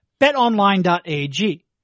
BetOnline.ag